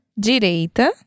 Direita